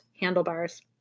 handlebars